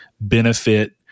benefit